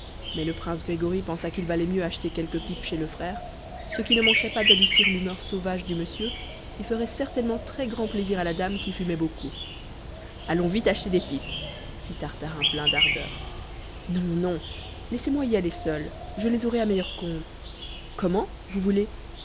mais le prince grégory pensa qu'il valait mieux acheter quelques pipes chez le frère ce qui ne manquerait pas d'adoucir l'humeur sauvage du monsieur et ferait certainement très grand plaisir à la dame qui fumait beaucoup allons vite acheter des pipes fit tartarin plein d'ardeur non non laissez-moi y aller seul je les aurai à meilleur compte comment vous voulez